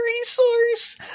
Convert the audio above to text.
resource